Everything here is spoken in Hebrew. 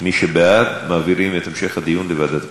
מי שבעד, מעבירים את המשך הדיון לוועדת הפנים.